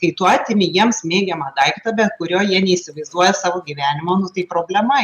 kai tu atimi jiems mėgiamą daiktą be kurio jie neįsivaizduoja savo gyvenimo tai problema